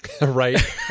Right